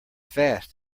fast